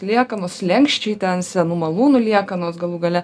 liekanos slenksčiai ten senų malūnų liekanos galų gale